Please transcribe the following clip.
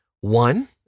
one